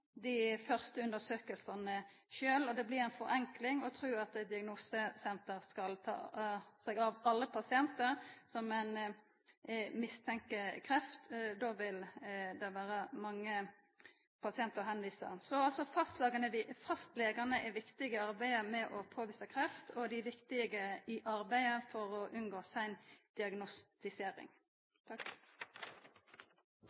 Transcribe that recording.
dei første undersøkingane sjølv. Det blir ei forenkling å tru at eit diagnosesenter skal ta seg av alle pasientar der ein mistenkjer kreft. Då vil det vera mange pasientar å visa vidare. Så fastlegane er viktige i arbeidet med å påvisa kreft, og dei er viktige i arbeidet for å unngå sein diagnostisering.